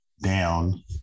down